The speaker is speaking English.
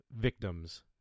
Victims